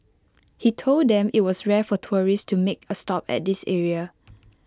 he told them IT was rare for tourists to make A stop at this area